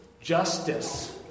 justice